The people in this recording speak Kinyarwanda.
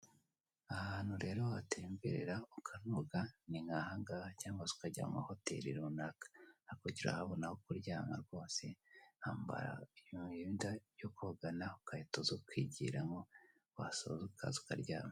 Ahantu rero watemberera ukanoga ni nk'ahangaha cyangwa se ukajya mu mahoteri runaka, hakurya urahabona aho kuryama rwose, wambara imyenda yo kogana ukahita uza ukigiramo, wasoza ukahita uza ukaryama.